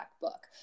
book